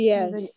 Yes